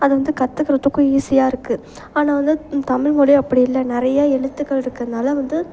அதை வந்து கற்றுக்கறதுக்கும் ஈஸியாக இருக்குது ஆனால் வந்து தமிழ் மொழி அப்படி இல்லை நிறையா எழுத்துக்கள்ருக்கறதுனால வந்து